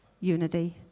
unity